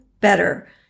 better